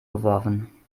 geworfen